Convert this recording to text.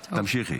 תמשיכי.